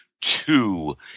two